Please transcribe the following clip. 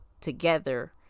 together